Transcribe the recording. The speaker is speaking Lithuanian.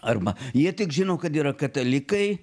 arba jie tik žino kad yra katalikai